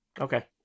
Okay